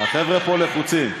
החבר'ה פה לחוצים.